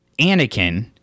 Anakin